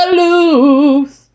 lose